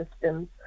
systems